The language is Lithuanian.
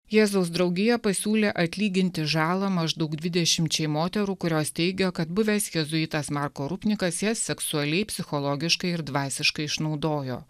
jėzaus draugija pasiūlė atlyginti žalą maždaug dvidešimčiai moterų kurios teigia kad buvęs jėzuitas marko rupnikas jas seksualiai psichologiškai ir dvasiškai išnaudojo